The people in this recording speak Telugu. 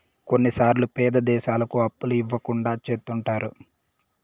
కొన్నిసార్లు పేద దేశాలకు అప్పులు ఇవ్వకుండా చెత్తుంటారు